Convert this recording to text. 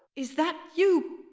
is that you.